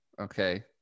okay